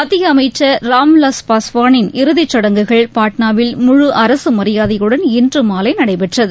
மத்திய அமைச்ச் ராம்விலாஸ் பாஸ்வானின் இறுதிச் சடங்குகள் பாட்ளாவில் முழு அரசு மரியாதையுடன் இன்று மாலை நடைபெற்றது